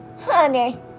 Honey